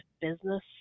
business